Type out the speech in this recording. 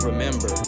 Remember